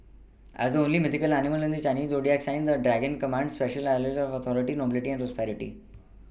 as the only mythical animal in the Chinese zodiac the dragon commands a special allure of authority nobility and prosperity